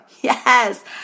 Yes